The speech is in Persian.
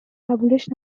قبولش